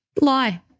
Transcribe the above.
lie